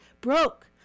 broke